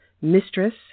Mistress